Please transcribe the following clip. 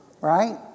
Right